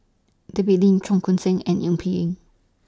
David Lim Cheong Koon Seng and Eng Peng Yee